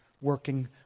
working